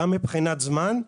גם מבחינת זמן,